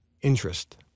interest